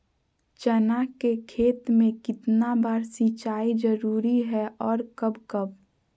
चना के खेत में कितना बार सिंचाई जरुरी है और कब कब?